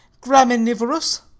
graminivorous